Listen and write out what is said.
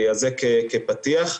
זה כפתיח.